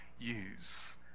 use